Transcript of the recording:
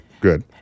good